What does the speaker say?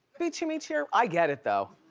be chimmy-cheer. i get it though.